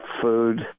food